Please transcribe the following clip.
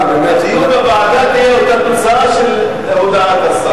הדיון בוועדה, תהיה אותה תוצאה של הודעת השר.